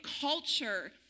culture